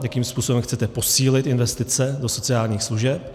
Jakým způsobem chcete posílit investice do sociálních služeb?